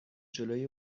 جلوی